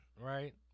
right